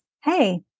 Hey